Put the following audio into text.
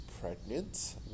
pregnant